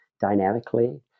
dynamically